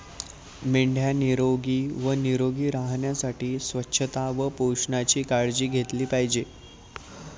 मेंढ्या निरोगी व निरोगी राहण्यासाठी स्वच्छता व पोषणाची काळजी घेतली पाहिजे